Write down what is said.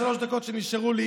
אותו עשב שוטה מהבית הזה,